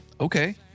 Okay